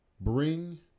bring –